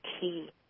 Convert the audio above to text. key